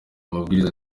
mabwiriza